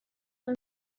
her